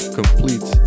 complete